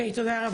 תודה.